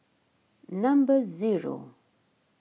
number zero